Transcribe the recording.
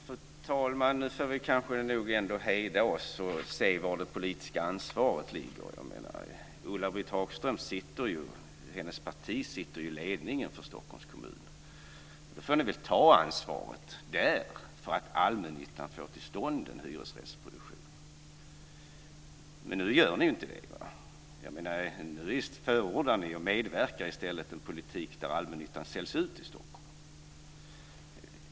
Fru talman! Nu får vi nog kanske ändå hejda oss och se var det politiska ansvaret ligger. Ulla-Britt Hagströms parti sitter ju i ledningen för Stockholms kommun. Då får ni väl ta ansvaret där för att allmännyttan får till stånd en hyresrättsproduktion. Men nu gör ni ju inte det. Nu förordar ni ju och medverkar i stället till en politik där allmännyttan säljs ut i Stockholm.